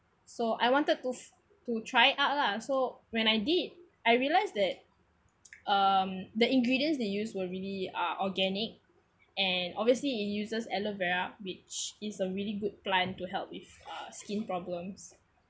so I wanted to to try it out lah so when I did I realise that um the ingredients they use were really uh organic and obviously it uses aloe vera which is a really good plant to help with uh skin problems